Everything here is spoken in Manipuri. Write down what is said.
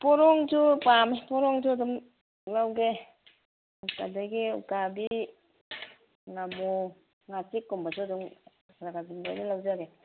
ꯄꯣꯔꯣꯝꯁꯨ ꯄꯥꯝꯃꯤ ꯄꯣꯔꯣꯝꯁꯨ ꯑꯗꯨꯝ ꯂꯧꯒꯦ ꯑꯗꯒꯤ ꯎꯀꯥꯕꯤ ꯉꯥꯃꯨ ꯉꯥꯆꯤꯛ ꯀꯨꯝꯕꯁꯨ ꯑꯗꯨꯝ ꯈꯔ ꯈꯔ ꯑꯗꯨꯝ ꯂꯣꯏꯅ ꯂꯧꯖꯒꯦ